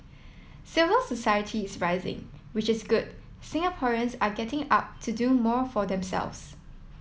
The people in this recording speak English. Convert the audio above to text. civil society is rising which is good Singaporeans are getting up to do more for themselves